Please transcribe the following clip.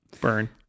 Burn